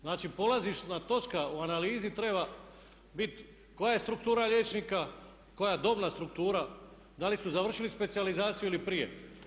Znači polazišna točka u analizi treba bit koja je struktura liječnika, koja je dobna struktura, da li su završili specijalizaciju ili prije.